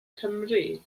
cymru